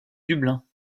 dublin